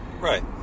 Right